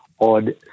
odd